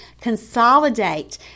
consolidate